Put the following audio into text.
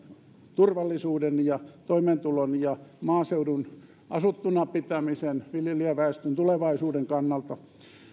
turvallisuuden ja toimeentulon sekä maaseudun asuttuna pitämisen viljelijäväestön tulevaisuuden kannalta